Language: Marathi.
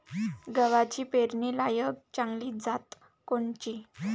गव्हाची पेरनीलायक चांगली जात कोनची?